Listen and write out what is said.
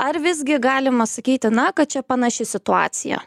ar visgi galima sakyti na kad čia panaši situacija